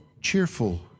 cheerful